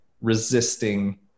resisting